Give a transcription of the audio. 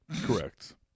Correct